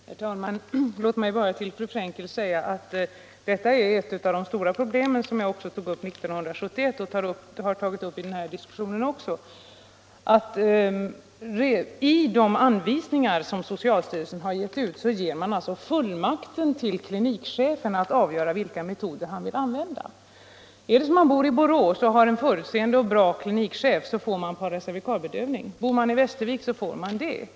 Herr talman! Låt mig bara till fru Frenkel säga att det just är ett av de stora problemen — jag tog upp det redan 1971 och har berört det i den här diskussionen också — att socialstyrelsen i sina anvisningar ger klinikchefen fullmakt att avgöra vilken metod han skall använda. Om man bor i Borås och har en förutseende och bra klinikchef får man paravervikalbedövning, bor man i Västervik får man det också.